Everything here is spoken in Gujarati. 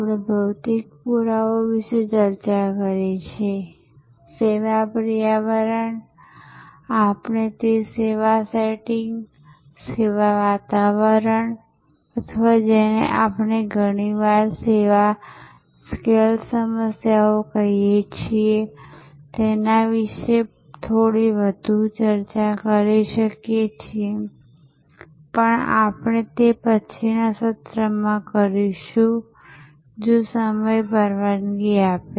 આપણે ભૌતિક પુરાવાઓ વિશે ચર્ચા કરી છે સેવા પર્યાવરણ આપણે તે સેવા સેટિંગ સેવા વાતાવરણ અથવા જેને આપણે ઘણીવાર સેવા સ્કેલ સમસ્યાઓ કહીએ છીએ તેના વિશે થોડી વધુ ચર્ચા કરી શકીએ છીએ પણ તે આપણે પછીના સત્રમાં કરીશું જો સમય પરવાનગી આપે